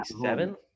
Seven